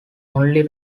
only